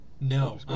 No